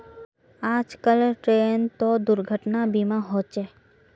आजकल ट्रेनतो दुर्घटना बीमा होचे